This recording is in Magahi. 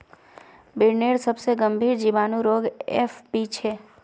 बिर्निर सबसे गंभीर जीवाणु रोग एफ.बी छे